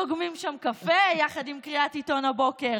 לוגמים שם קפה יחד עם קריאת עיתון הבוקר.